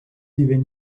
even